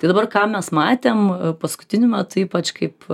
tai dabar ką mes matėm paskutiniu metu ypač kaip